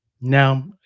Now